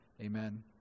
Amen